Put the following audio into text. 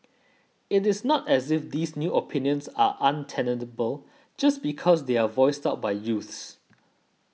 it is not as if these new opinions are untenable just because they are voiced out by youths